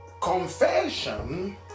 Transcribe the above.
Confession